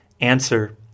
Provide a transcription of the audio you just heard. Answer